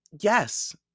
Yes